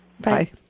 Bye